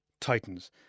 Titans